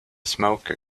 smoker